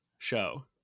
show